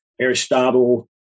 Aristotle